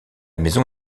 maison